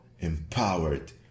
Empowered